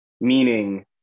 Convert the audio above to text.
meaning